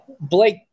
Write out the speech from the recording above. Blake